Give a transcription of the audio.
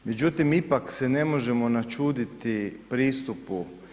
Međutim, ipak se ne možemo načuditi pristupu.